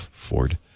Ford